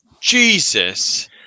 Jesus